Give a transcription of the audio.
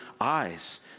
eyes